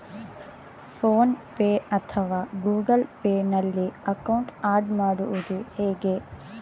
Phone pay ಅಥವಾ Google Pay ನಲ್ಲಿ account add ಮಾಡುವುದು ಹೇಗೆ?